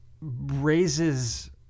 raises